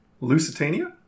Lusitania